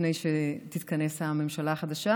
לפני שתתכנס הממשלה החדשה,